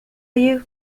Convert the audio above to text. you